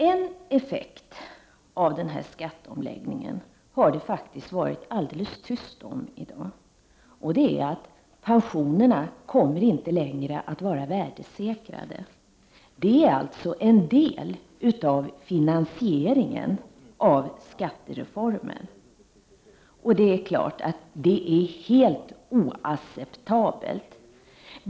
En effekt av skatteomläggningen har det dock varit helt tyst om i dag, nämligen att pensionerna inte längre kommer att vara värdesäkrade. Det är alltså en del av finansieringen av skattereformen. Det är klart att det är helt oacceptabelt.